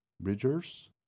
Bridgers